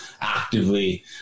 actively